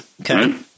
Okay